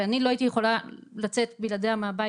ואני לא הייתי יכולה לצאת בלעדיה מהבית,